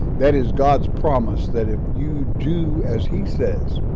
that is god's promise that if you do as he says,